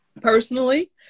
Personally